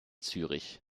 zürich